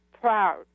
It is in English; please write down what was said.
proud